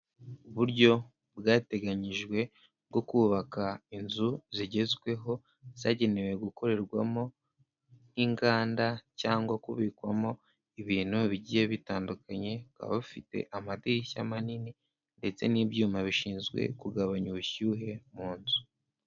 Uburyo bwateganyijwe bwo kubaka inzu zigezweho zagenewe gukorerwamo inganda cyangwa kubikwamo ibintu bigiye bitandukanye, baba bafite amadirishya manini ndetse n'ibyuma bishinzwe kugabanya ubushyuhe mu nzu.